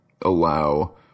allow